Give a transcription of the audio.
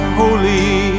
holy